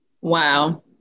Wow